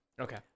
Okay